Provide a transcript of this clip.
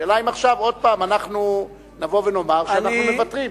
השאלה אם עכשיו עוד פעם אנחנו נבוא ונאמר שאנחנו מוותרים.